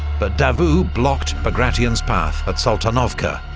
but davout blocked bagration's path at saltanovka,